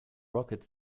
rocket